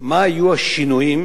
מה יהיו השינויים,